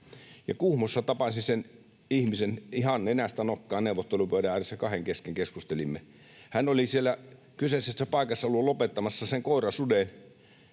Kuhmossa tapasin sen ihmisen ihan nenästä nokkaan neuvottelupöydän ääressä, kahden kesken keskustelimme. Hän oli siellä kyseisessä paikassa ollut lopettamassa sen koirasuden